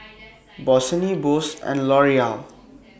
Bossini Bose and L'Oreal